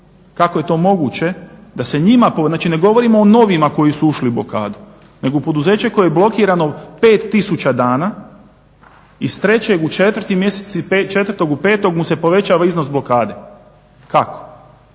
Kako je to moguće da se njima, znači ne govorimo o novima koji su ušli u blokadu, nego u poduzeće koje je blokirano 5000 dana iz trećeg u četvrti mjesec, četvrtog u petog mu se povećava iznos blokade. Kako?